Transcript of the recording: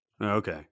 Okay